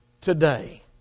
today